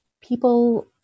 people